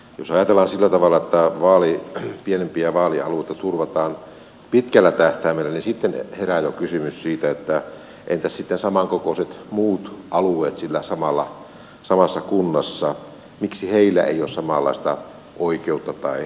jos ajatellaan sillä tavalla että pienempiä vaalialueita turvataan pitkällä tähtäimellä niin sitten herää jo kysymys siitä että entäs sitten samankokoiset muut alueet siinä samassa kunnassa miksi heillä ei ole samanlaista oikeutta tai muuta